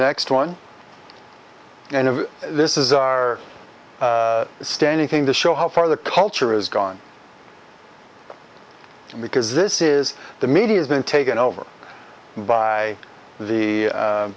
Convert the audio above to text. next one and this is our standing thing to show how far the culture is gone because this is the media's been taken over by the